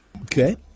Okay